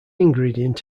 ingredient